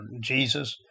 Jesus